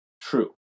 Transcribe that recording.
true